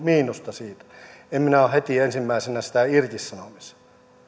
miinusta siitä niin en minä ole heti ensimmäisenä sitä irtisanomassa